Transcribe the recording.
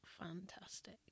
fantastic